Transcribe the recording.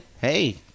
hey